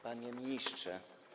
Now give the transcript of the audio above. Panie Ministrze!